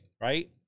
right